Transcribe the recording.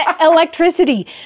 electricity